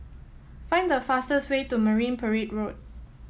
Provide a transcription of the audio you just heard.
find the fastest way to Marine Parade Road